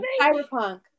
cyberpunk